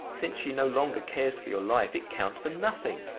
since she no longer cares for your life, it counts for nothing!